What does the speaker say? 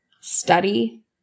study